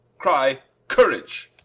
cry courage,